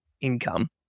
income